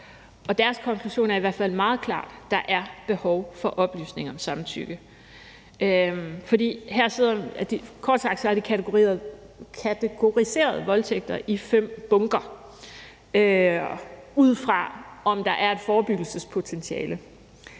deres konklusion er i hvert fald meget klar: Der er behov for oplysning om samtykke. Kort sagt har de kategoriseret voldtægter i fem bunker, ud fra om der er et forebyggelsespotentiale,